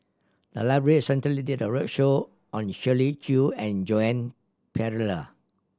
the library recently did a roadshow on Shirley Chew and Joan Pereira